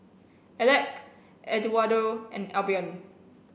Alec Eduardo and Albion